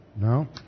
No